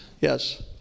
Yes